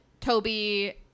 Toby